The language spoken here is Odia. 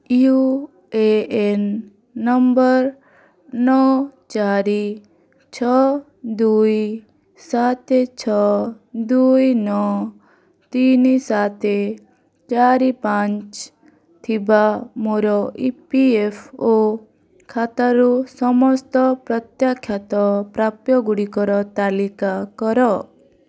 ୟୁ ଏ ଏନ୍ ନମ୍ବର୍ ନଅ ଚାରି ଛଅ ଦୁଇ ସାତ ଛଅ ଦୁଇ ନଅ ତିନି ସାତ ଚାରି ପାଞ୍ଚ ଥିବା ମୋର ଇ ପି ଏଫ୍ ଓ ଖାତାରୁ ସମସ୍ତ ପ୍ରତ୍ୟାଖ୍ୟାତ ପ୍ରାପ୍ୟ ଗୁଡ଼ିକର ତାଲିକା କର